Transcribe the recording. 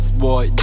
boy